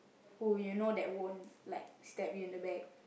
who you know that you know won't like stab you in the back